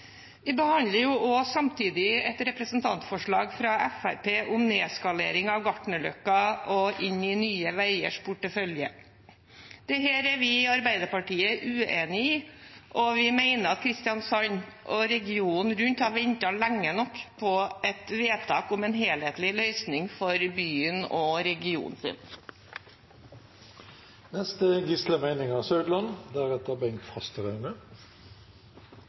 Vi behandler samtidig et representantforslag fra Fremskrittspartiet om nedskalering av Gartnerløkka og om å legge det inn i Nye Veiers portefølje. Dette er vi i Arbeiderpartiet uenige i, og vi mener at Kristiansand og regionen rundt har ventet lenge nok på et vedtak om en helhetlig løsning for byen og